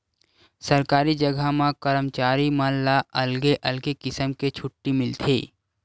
सरकारी जघा म करमचारी मन ला अलगे अलगे किसम के छुट्टी मिलथे